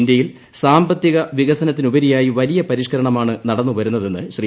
ഇന്ത്യിൽ സാമ്പത്തിക വികസനത്തിനുപരിയായിട്ട് പ്ലിയ പരിഷ്ക്കരണമാണ് നടന്നുവരുന്നതെന്ന് ശ്രീ